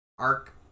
arc